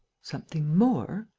something more?